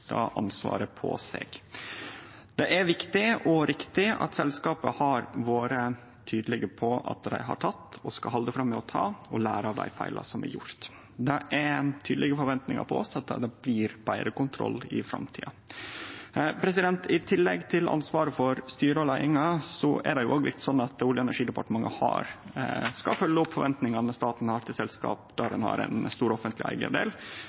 riktig at selskapet har vore tydeleg på at dei har teke og skal halde fram med å ta ansvaret og lære av dei feila som har blitt gjorde. Det er tydelege forventningar frå oss om at det blir betre kontroll i framtida. I tillegg til ansvaret for styret og leiinga er det jo òg sånn at Olje- og energidepartementet skal følgje opp forventningane staten har til selskap der ein har ein stor offentleg